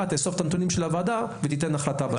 תאסוף את הנתונים של הוועדה ותיתן החלטה בסוף.